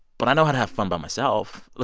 but i know how to have fun by myself. like,